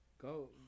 Go